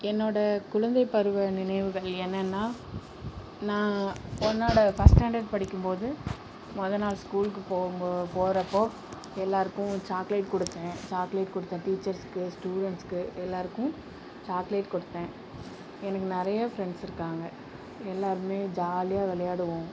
என்னோட குழந்தை பருவ நினைவுகள் என்னென்னா நான் உன்னோட ஃபர்ஸ்ட் ஸ்டாண்டர்ட் படிக்கும்போது முதோ நாள் ஸ்கூலுக்கு போகிறப்போ எல்லாருக்கும் சாக்லேட் கொடுத்தேன் சாக்லேட் கொடுத்தேன் டீச்சர்ஸ்க்கு ஸ்டூடெண்ட்ஸ்க்கு எல்லாருக்கும் சாக்லேட் கொடுத்தேன் எனக்கு நிறைய பிரண்ட்ஸ் இருக்காங்கள் எல்லாருமே ஜாலியாக விளையாடுவோம்